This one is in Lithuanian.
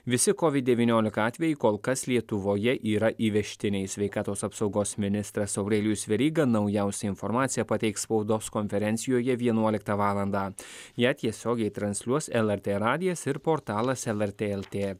visi covid devyniolika atvejai kol kas lietuvoje yra įvežtiniai sveikatos apsaugos ministras aurelijus veryga naujausią informaciją pateiks spaudos konferencijoje vienuoliktą valandą ją tiesiogiai transliuos lrt radijas ir portalas lrt lt